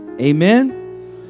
Amen